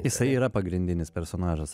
jisai yra pagrindinis personažas